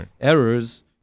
errors